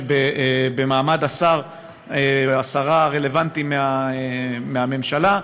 במעמד השר או השרה הרלוונטיים מהממשלה,